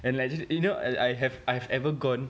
and like you~ you know I have I've ever gone